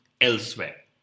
elsewhere